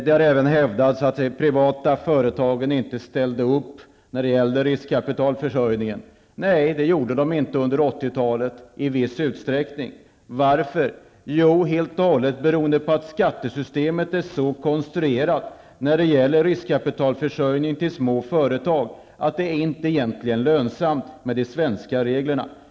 Det har även hävdats att de privata företagen inte ställde upp när det gäller riskkapitalförsörjningen. Nej, i viss utsträckning gjorde de inte det under 80 talet. Varför? Jo, helt och hållet beroende på att skattesystemet är så konstruerat när det gäller riskkapitalförsörjning till små företag att det egentligen inte är lönsamt med de svenska reglerna.